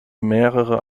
mehrere